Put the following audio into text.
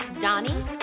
Donnie